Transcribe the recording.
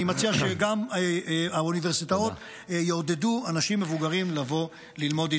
אני מציע שגם האוניברסיטאות יעודדו אנשים מבוגרים לבוא ללמוד.